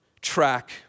track